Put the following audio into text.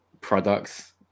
products